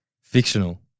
Fictional